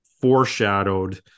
foreshadowed